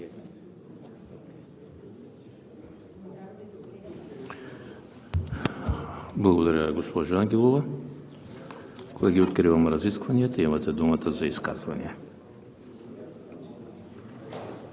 Благодаря, госпожо Ангелова. Колеги, откривам разискванията. Имате думата за изказвания.